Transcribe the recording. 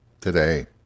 today